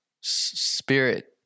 spirit